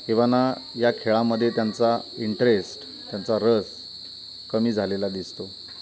किंबहुना या खेळामध्ये त्यांचा इंटरेस्ट त्यांचा रस कमी झालेला दिसतो